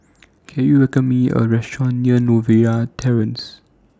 Can YOU recommend Me A Restaurant near Novena Terrace